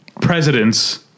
presidents